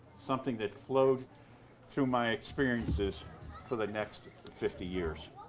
something that flowed through my experiences for the next fifty years.